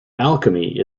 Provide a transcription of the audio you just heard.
alchemy